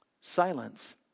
silence